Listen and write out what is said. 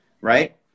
Right